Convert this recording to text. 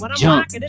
jump